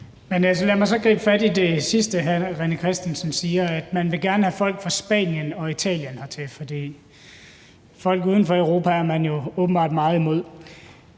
lad mig så gribe fat i det sidste, hr. René Christensen siger, altså at man gerne vil have folk fra Spanien og Italien hertil, for folk uden for Europa er man åbenbart meget imod.